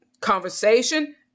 conversation